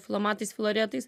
filomatais filaretais